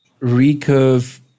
recurve